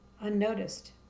unnoticed